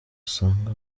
usanga